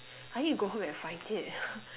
I need to go home and find it